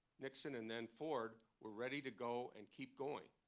nixon and then ford were ready to go, and keep going.